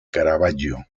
caravaggio